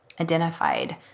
identified